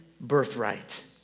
birthright